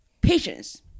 patience